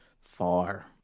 far